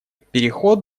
переход